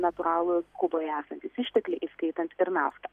natūralūs kuboj esantys ištekliai įskaitant ir naftą